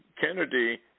Kennedy